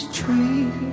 tree